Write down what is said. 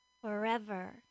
Forever